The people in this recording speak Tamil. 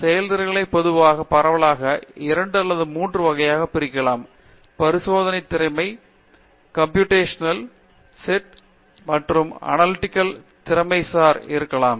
எனவே திறன்களை பொதுவாக பரவலாக 2 அல்லது 3 வகைகளாகப் பிரிக்கலாம் பரிசோதனை திறமை செட் கம்ப்யூட்டேஷனல் திறமை செட் மற்றும் அனலிட்டிக் திறமைசார் செட் இருக்கலாம்